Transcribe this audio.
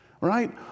right